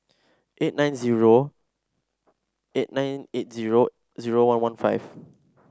eight nine zero eight nine eight zero zero one one five